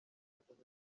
yakoze